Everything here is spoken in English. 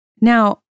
now